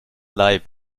leib